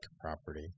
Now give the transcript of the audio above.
property